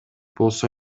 болсо